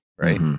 Right